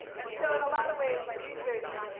and so in a lot of ways, my research.